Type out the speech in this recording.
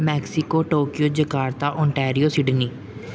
Mexico Tokyo Jakarta Ontario Sydney